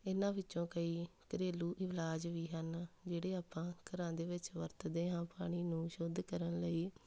ਇਹਨਾਂ ਵਿੱਚੋਂ ਕਈ ਘਰੇਲੂ ਇਲਾਜ ਵੀ ਹਨ ਜਿਹੜੇ ਆਪਾਂ ਘਰਾਂ ਦੇ ਵਿੱਚ ਵਰਤਦੇ ਹਾਂ ਪਾਣੀ ਨੂੰ ਸ਼ੁੱਧ ਕਰਨ ਲਈ